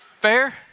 Fair